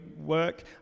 work